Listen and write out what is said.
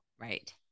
right